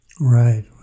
Right